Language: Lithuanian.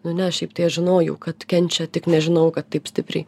nu ne šiaip tai aš žinojau kad kenčia tik nežinojau kad taip stipriai